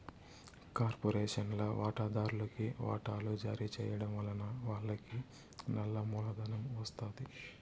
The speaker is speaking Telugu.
కార్పొరేషన్ల వాటాదార్లుకి వాటలు జారీ చేయడం వలన వాళ్లకి నల్ల మూలధనం ఒస్తాది